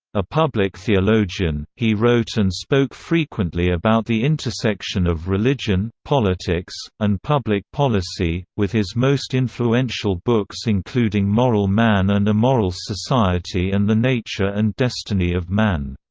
a public theologian, he wrote and spoke frequently about the intersection of religion, politics, and public policy, with his most influential books including moral man and immoral society and the nature and destiny of man.